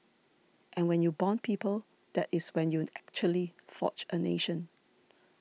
and when you bond people that is when you actually forge a nation